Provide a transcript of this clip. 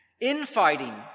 infighting